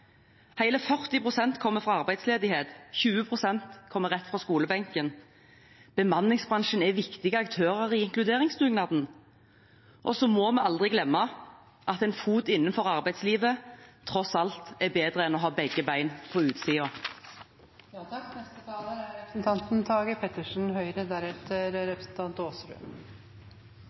kommer fra arbeidsledighet, og 20 pst. kommer rett fra skolebenken. Bemanningsbransjen er viktige aktører i inkluderingsdugnaden. Så må vi aldri glemme at en fot innenfor arbeidslivet tross alt er bedre enn å ha begge bena på